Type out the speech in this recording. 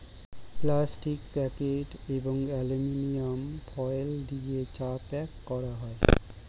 plastic packet এবং aluminium foil দিয়ে চা প্যাক করা হয়